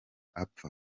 apfa